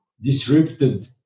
disrupted